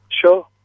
Sure